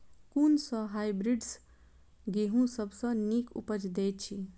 कुन सँ हायब्रिडस गेंहूँ सब सँ नीक उपज देय अछि?